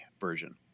version